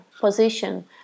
position